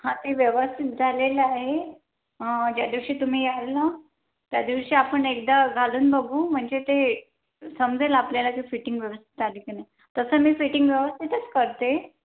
हां ते व्यवस्थित झालेलं आहे ज्या दिवशी तुम्ही याल ना त्यादिवशी आपण एकदा घालून बघू म्हणजे ते समजेल आपल्याला की फिटिंग व्यवस्थित आले की नाही तसं मी फिटिंग व्यवस्थितच करते